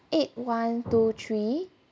eight one two three